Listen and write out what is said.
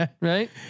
right